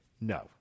No